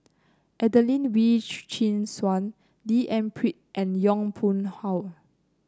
Adelene Wee Chin Suan D N Pritt and Yong Pung How